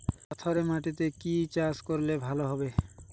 পাথরে মাটিতে কি চাষ করলে ভালো হবে?